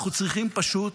אנחנו צריכים פשוט